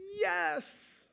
yes